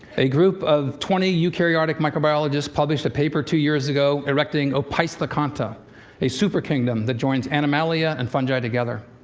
a group of twenty eukaryotic microbiologists published a paper two years ago erecting opisthokonta a super-kingdom that joins animalia and fungi together.